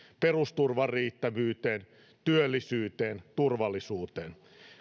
perusturvan riittävyyteen työllisyyteen turvallisuuteen